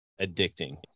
addicting